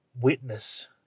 witness